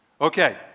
Okay